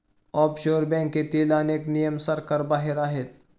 offshore बँकेतील अनेक नियम सरकारबाहेर आहेत